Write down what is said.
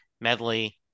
medley